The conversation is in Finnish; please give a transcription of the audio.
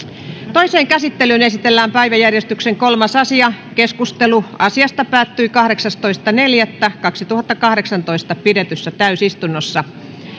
toiseen käsittelyyn esitellään päiväjärjestyksen kolmas asia keskustelu asiasta päättyi kahdeksastoista neljättä kaksituhattakahdeksantoista pidetyssä täysistunnossa